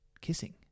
kissing